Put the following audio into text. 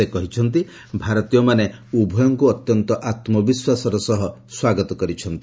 ସେ କହିଛନ୍ତି ଭାରତୀୟମାନେ ଉଭୟଙ୍କୁ ଅତ୍ୟନ୍ତ ଆତ୍ମବିଶ୍ୱାସର ସହ ସ୍ୱାଗତ କରିଛନ୍ତି